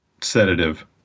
sedative